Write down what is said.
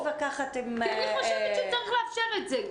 למה את מתווכחת עם --- כי אני חושבת שצריך לאפשר את זה.